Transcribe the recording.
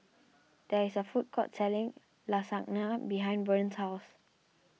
there is a food court selling Lasagna behind Vern's house